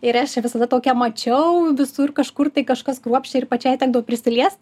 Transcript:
ir aš visada tokia mačiau visur kažkur tai kažkas kruopščiai ir pačiai tekdavo prisiliest